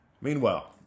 Meanwhile